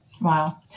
Wow